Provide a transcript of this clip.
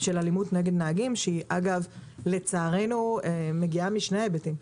של אלימות נגד נהגים, שלצערנו מגיעה משני היבטים.